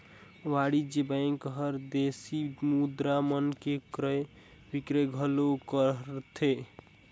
वाणिज्य बेंक हर विदेसी मुद्रा मन के क्रय बिक्रय घलो करथे